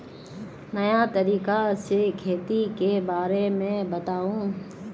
नया तरीका से खेती के बारे में बताऊं?